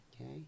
okay